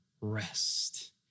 Rest